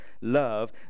love